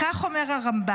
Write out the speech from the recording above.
כך אומר הרמב"ן: